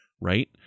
right